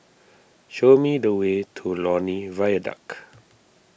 show me the way to Lornie Viaduct